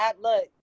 Look